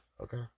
Okay